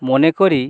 মনে করি